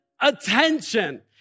attention